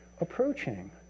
approaching